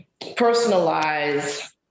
Personalize